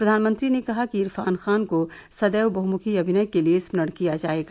प्रधानमंत्री ने कहा कि इरफान खान को सदैव बहुमुखी अभिनय के लिए स्मरण किया जाएगा